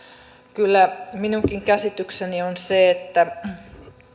kyllä minunkin käsitykseni on se että